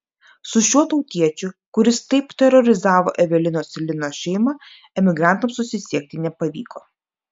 su šiuo tautiečiu kuris taip terorizavo evelinos ir lino šeimą emigrantams susisiekti nepavyko